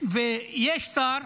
ויש שר